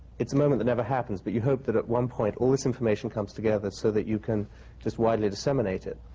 it's a moment that never happens, but you hope that at one point all this information comes together so that you can just widely disseminate it.